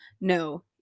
no